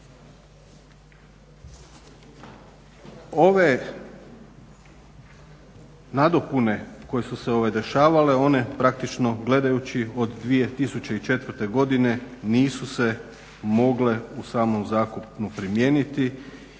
Ove nadopune koje su se dešavale, one praktično gledajući od 2004. godine nisu se mogle u samom zakonu primijeniti,